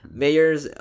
mayors